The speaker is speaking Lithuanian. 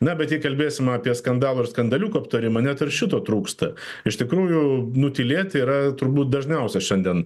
na bet jei kalbėsim apie skandalų ir skandaliukų aptarimą net ir šito trūksta iš tikrųjų nutylėti yra turbūt dažniausia šiandien